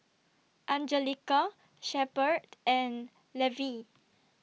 Anjelica Shepherd and Levie